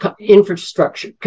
infrastructure